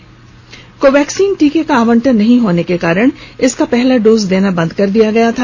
वहीं कोवैक्सीन टीके का आवंटन नहीं होने के कारण इसका पहला डोज देना बन्द कर दिया गया है